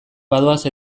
badoaz